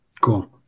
Cool